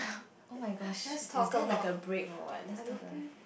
oh-my-gosh is there like a break or what let's talk like